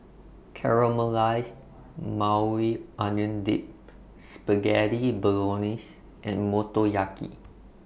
Caramelized Maui Onion Dip Spaghetti Bolognese and Motoyaki